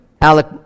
Alec